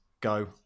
go